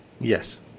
Yes